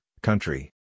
country